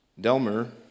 Delmer